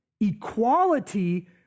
equality